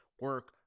Work